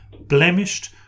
blemished